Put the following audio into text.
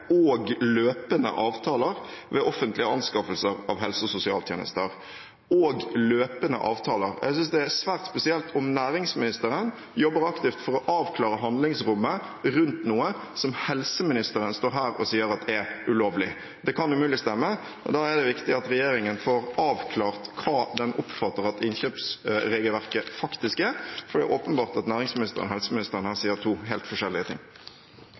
og løpende avtaler ved offentlige anskaffelser av helse- og sosialtjenester.» Og «løpende avtaler» – jeg synes det er svært spesielt om næringsministeren jobber aktivt for å avklare handlingsrommet rundt noe som helseministeren står her og sier er ulovlig. Det kan umulig stemme. Det er viktig at regjeringen får avklart hva den oppfatter at innkjøpsregelverket faktisk er, for det er åpenbart at næringsministeren og helseministeren her sier to helt forskjellige ting.